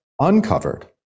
uncovered